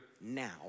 now